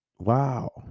wow